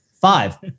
Five